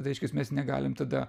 tada reiškias mes negalim tada